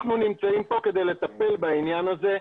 אנחנו נמצאים פה כדי לטפל בעניין הזה.